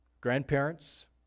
grandparents